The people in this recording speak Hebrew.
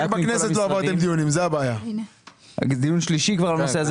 הכנסת דיור מוגן.